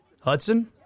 Hudson